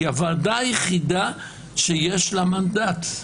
היא הוועדה היחידה שיש לה מנדט,